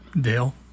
Dale